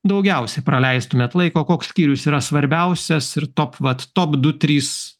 daugiausiai praleistumėt laiko koks skyrius yra svarbiausias ir top vat top du trys